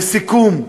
לסיכום,